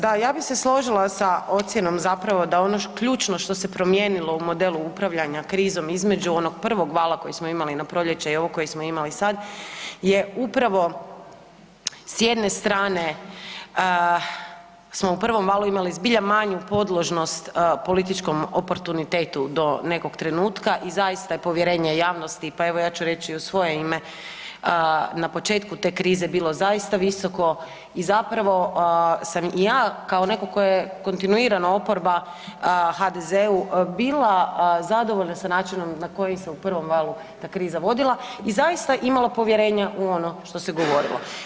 Da ja bih se složila sa ocjenom zapravo da ono ključno što se promijenilo u modelu upravljanja krizom između onog prvog vala kojeg smo imali na proljeće i ovog koji smo imali sad je upravo s jedne strane smo u prvom valu zbilja imali manju podložnost političkom oportunitetu do nekog trenutka i zaista je povjerenje javnosti, pa evo ja ću reći u svoje ime, na početku te krize bilo zaista visoko i zapravo sam i ja kao netko tko je kontinuirano oporba HDZ-u bila zadovoljna sa načinom na koji se u prvom valu ta kriza vodila i zaista imala povjerenja u ono što se govorilo.